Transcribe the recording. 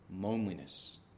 loneliness